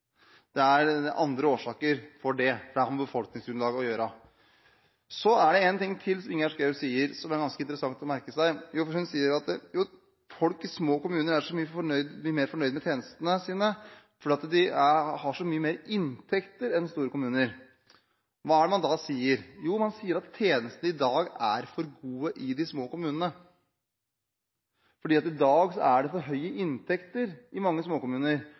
Det er andre årsaker til det, det har med befolkningsgrunnlaget å gjøre. Så er det en ting til som Ingjerd Schou sier som er ganske interessant å merke seg. Hun sier at folk er så mye mer fornøyd med tjenestene sine i små kommuner, fordi disse har så mye større inntekter enn store kommuner. Hva er det man da sier? Jo, man sier at tjenestene i dag er for gode i de små kommunene, fordi at i dag er det for høye inntekter i mange